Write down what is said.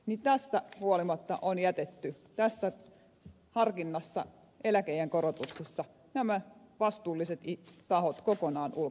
tästä huolimatta on jätetty tässä harkinnassa eläkeiän korotuksista nämä vastuulliset tahot kokonaan ulkopuolelle